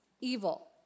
evil